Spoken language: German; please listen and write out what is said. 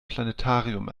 planetarium